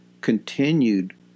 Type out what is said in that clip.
continued